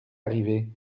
arrivé